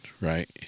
right